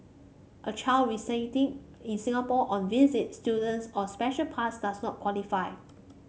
a child residing in Singapore on a visit student's or special pass does not qualify